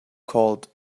called